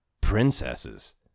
princesses